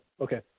okay